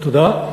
תודה.